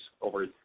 over